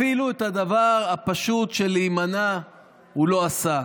אפילו את הדבר הפשוט של להימנע הוא לא עשה.